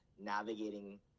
navigating